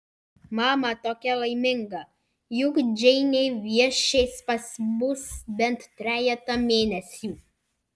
mama tokia laiminga juk džeinė viešės pas mus bent trejetą mėnesių